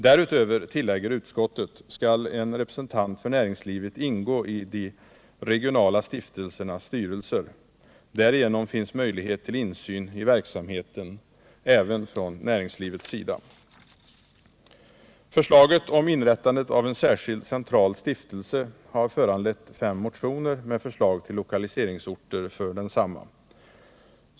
Därutöver, tillägger utskottet, skall en representant för näringslivet ingå i de regionala stiftelsernas styrelser. Därigenom finns möjlighet till insyn i verksamheten även från näringslivets sida. Förslaget om en särskild central stiftelse har föranlett fem motioner med förslag till lokaliseringsorter för densamma.